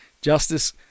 Justice